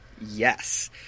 Yes